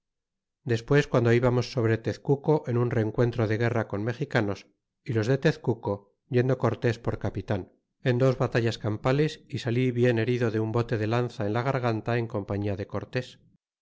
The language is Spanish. despues guando libamos sobre tezcuco en un rencuentro de guerra con mexicanos y los de tezcuco yendo cortés por capitan en dos batallas campales y salí bien herido de un bote de lanza en la garganta en compañia de